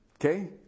okay